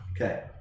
Okay